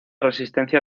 resistencia